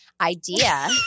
idea